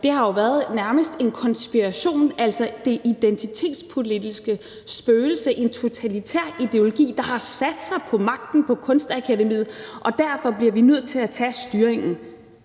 det har nærmest været en konspiration, altså det identitetspolitiske spøgelse, en totalitær ideologi, der har sat sig på magten på Kunstakademiet, og derfor bliver vi nødt til at tage styringen.